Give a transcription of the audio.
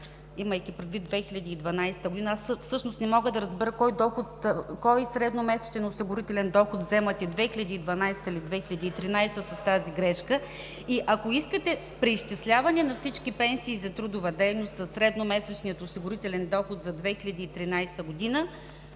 имайки предвид 2012 г. Аз всъщност не мога да разбера кой средномесечен осигурителен доход вземате – 2012-а ли, или 2013 г. с тази грешка? Ако искате преизчисляване на всички пенсии за трудова дейност със средномесечния осигурителен доход за 2013 г.